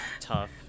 Tough